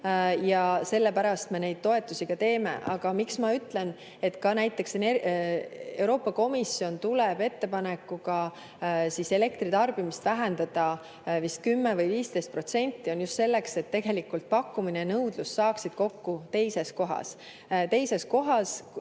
ja sellepärast me neid toetusi ka teeme. Aga miks ma ütlen, et ka Euroopa Komisjon tuleb ettepanekuga elektritarbimist vähendada 10% või 15%? See on just selleks, et tegelikult pakkumine ja nõudlus saaksid kokku teises kohas.